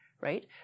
right